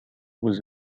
was